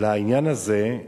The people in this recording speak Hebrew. לעניין הזה?